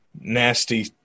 nasty